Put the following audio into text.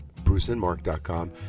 bruceandmark.com